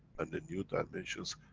and the new dimensions,